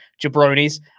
jabronis